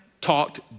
talked